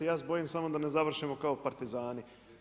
Ja se bojim samo da ne završimo kao partizani.